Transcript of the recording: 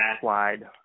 slide